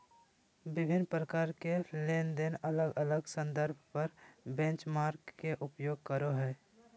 विभिन्न प्रकार के लेनदेन अलग अलग संदर्भ दर बेंचमार्क के उपयोग करो हइ